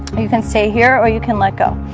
you can stay here or you can let go